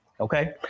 Okay